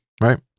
right